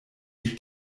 die